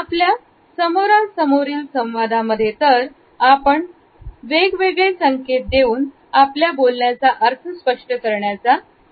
आपल्या समोरासमोरील संवादांमध्ये तर आपण पण वेगवेगळे संकेत देऊन आपल्या बोलण्याचा अर्थ स्पष्ट करण्याचा प्रयत्न करत असतो